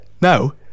No